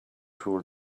tool